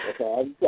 Okay